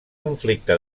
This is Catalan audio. conflicte